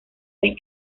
vez